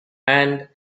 and